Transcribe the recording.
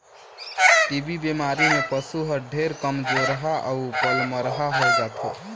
TB बेमारी में पसु हर ढेरे कमजोरहा अउ पलमरहा होय जाथे